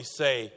say